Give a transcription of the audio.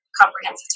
Comprehensive